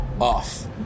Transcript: Off